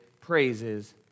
praises